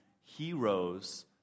heroes